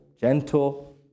gentle